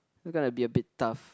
gonna be a bit tough